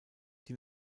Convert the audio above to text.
die